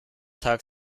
tag